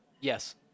Yes